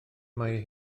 mae